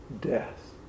death